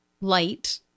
light